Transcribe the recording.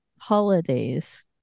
holidays